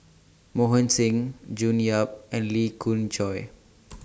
Mohan Singh June Yap and Lee Khoon Choy